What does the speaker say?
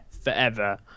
forever